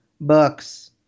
books